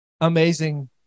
amazing